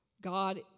God